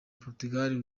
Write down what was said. portugal